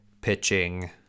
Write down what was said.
pitching